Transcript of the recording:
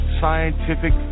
scientific